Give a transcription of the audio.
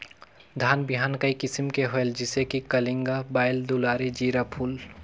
धान बिहान कई किसम के होयल जिसे कि कलिंगा, बाएल दुलारी, जीराफुल?